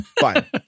Fine